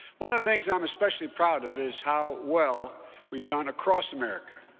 one of the things i'm especially proud of is how well we've done across america,